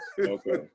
Okay